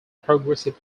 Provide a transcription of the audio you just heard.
progressive